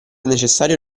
necessario